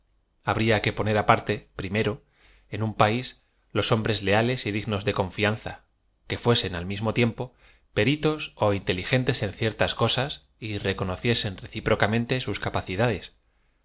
abría que poner aparte prim ero en un país los hombres lea les j dignos de confianza que fuesen al mismo tiem po peritos ó inteligentes en ciertas cosas yrecoqocie sen recíprocamente sus capacidades